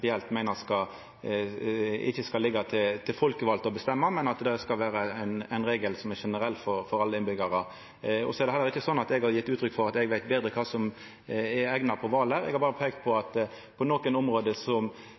prinsipielt meiner ikkje skal liggja til folkevalde å bestemma, men det skal vera ein regel som er generell for alle innbyggjarar. Det er heller ikkje slik at eg har gjeve uttrykk for eg veit betre kva som er eigna på Hvaler. Eg har berre peikt på at på nokre område